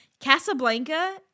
Casablanca